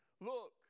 look